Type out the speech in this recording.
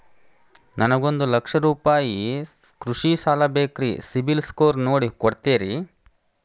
ನನಗೊಂದ ಲಕ್ಷ ರೂಪಾಯಿ ಕೃಷಿ ಸಾಲ ಬೇಕ್ರಿ ಸಿಬಿಲ್ ಸ್ಕೋರ್ ನೋಡಿ ಕೊಡ್ತೇರಿ?